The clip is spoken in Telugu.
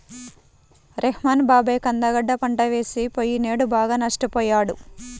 రెహ్మాన్ బాబాయి కంద గడ్డ పంట వేసి పొయ్యినేడు బాగా నష్టపొయ్యాడు